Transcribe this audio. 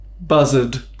Buzzard